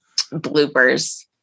Bloopers